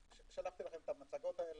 שלחתי לכם את המצגות האלה.